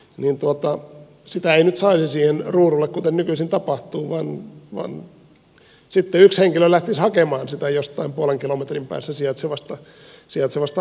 niin tuota käytettykin ei saisi siihen ruudulle kuten nykyisin saa vaan yksi henkilö lähtisi hakemaan sitä jostain puolen kilometrin päässä sijaitsevasta arkistosta